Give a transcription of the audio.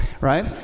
right